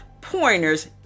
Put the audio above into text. pointers